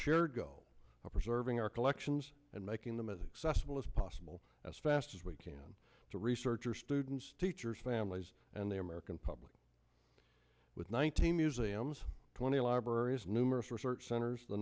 shared go of preserving our collections and making them as excess will as possible as fast as we can to research or students teachers families and the american public with one thousand museums twenty libraries numerous research centers the